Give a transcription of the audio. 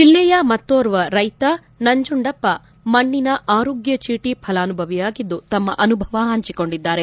ಜಿಲ್ಲೆಯ ಮತ್ತೋರ್ವ ರೈತ ನಂಜುಂಡಪ್ಪ ಮಣ್ಣಿನ ಆರೋಗ್ಗಚೀಟಿ ಫಲಾನುಭವಿಯಾಗಿದ್ದು ತಮ್ಮ ಅನುಭವ ಪಂಚಿಕೊಂಡಿದ್ದಾರೆ